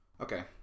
Okay